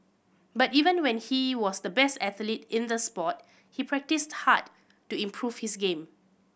but even when he was the best athlete in the sport he practised hard to improve his game